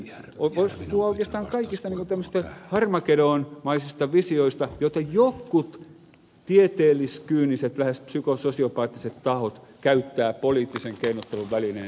voisi puhua oikeastaan kaikista tämmöisistä harmageddonmaisista visioista joita jotkut tieteellis kyyniset lähes psyko sosiopaattiset tahot käyttävät poliittisen keinottelun välineenä